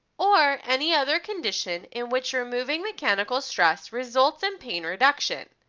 or any other condition in which removing mechanical stress results in pain reduction.